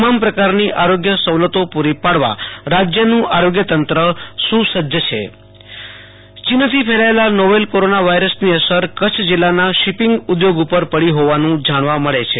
તમામ પ્રકારની આરોગ્ય સવલતો પુરી પાડવા રાજયનું આરોગ્યતંત્ર સુ સજ્જ છે Ashutosh Antani Kutch corona virus shipping ઉધોગ ચીનથી ફેલાયેલા નોવેલ કોરોના વાયરસની અસર કચ્છ જિલ્લાના શિપિંગ ઉધોગ પર પડી હોવાનું જાણવા મળે છે